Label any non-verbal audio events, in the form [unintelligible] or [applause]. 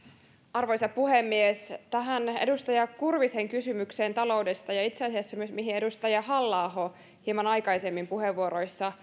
arvoisa puhemies tähän edustaja kurvisen kysymykseen taloudesta ja itse asiassa myös siihen mihin edustaja halla aho hieman aikaisemmin puheenvuoroissa [unintelligible]